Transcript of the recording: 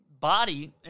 body